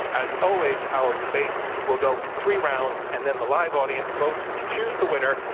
as always, our debate will go in three rounds, and then the live audience votes to choose the winner,